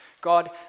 God